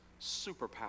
superpower